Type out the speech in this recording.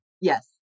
yes